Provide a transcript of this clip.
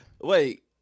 Wait